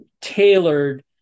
tailored